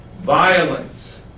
violence